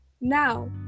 Now